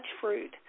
fruit